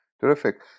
Terrific